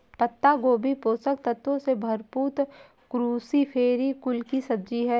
पत्ता गोभी पोषक तत्वों से भरपूर क्रूसीफेरी कुल की सब्जी है